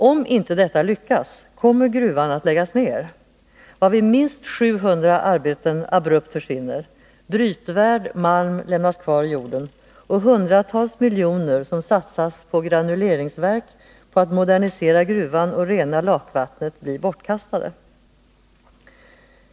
Om inte detta lyckas kommer gruvan att läggas ned, varvid minst 700 arbeten abrupt försvinner, brytvärd malm lämnas kvar i jorden och hundratals miljoner som satsats på granuleringsverk, på att modernisera gruvan och att rena lakvattnet blir bortkastade.